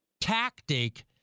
tactic